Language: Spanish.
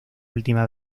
última